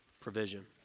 provision